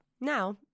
Now